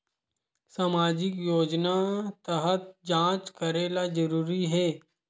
सामजिक योजना तहत जांच करेला जरूरी हे